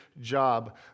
job